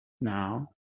now